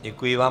Děkuji vám.